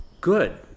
good